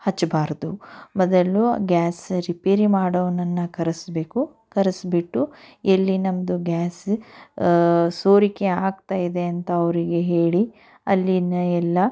ಹಚ್ಚಬಾರದು ಬದಲು gas repair ಮಾಡೋವ್ನನ್ನ ಕರೆಸಬೇಕು ಕರೆಸಿಬಿಟ್ಟು ಎಲ್ಲಿ ನಮ್ಮದು ಗ್ಯಾಸ ಸೋರಿಕೆ ಆಗ್ತಾಯಿದೆ ಅಂತ ಅವರಿಗೆ ಹೇಳಿ ಅಲ್ಲಿನ ಎಲ್ಲ